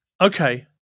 Okay